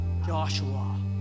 Joshua